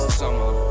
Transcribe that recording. summer